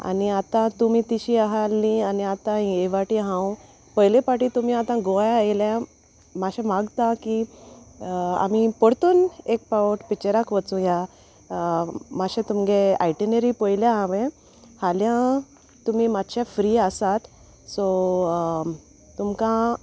आनी आतां तुमी तेशी आहलीं आनी आतां ये वाटे हांव पयले फावटी तुमी आतां गोंयां येयल्यां मातशें मागतां की आमी परतून एक पावट पिक्चराक वचुयां मातशें तुमगे आयटिनरी पयल्या हांवें हाल्यां तुमी मातशें फ्री आसात सो तुमकां